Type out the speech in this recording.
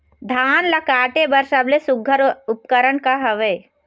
धान ला काटे बर सबले सुघ्घर उपकरण का हवए?